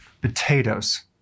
potatoes